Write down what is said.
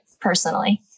personally